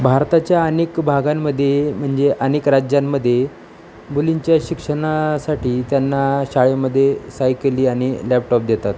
भारताच्या अनेक भागांमध्ये म्हणजे अनेक राज्यांमध्ये मुलींच्या शिक्षणा साठी त्यांना शाळेमध्ये सायकली आणि लॅपटॉप देतात